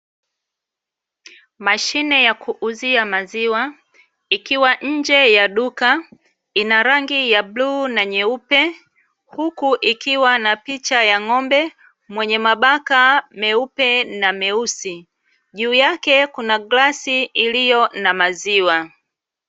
Mashine ya kuuzia maziwa ikiwa nje ya duka, ina rangi ya bluu na nyeupe huku ikiwa na picha ya ng'ombe mwenye mabaka meupe na meusi, juu yake kuna glasi iliyo na maziwa.